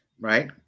right